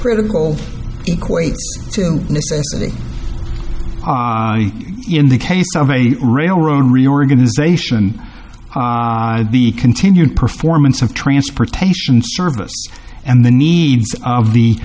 critical equate to necessity in the case of a railroad reorganization the continued performance of transportation service and the needs of the